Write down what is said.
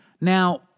Now